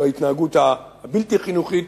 בהתנהגות הבלתי-חינוכית